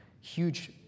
huge